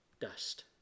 Dust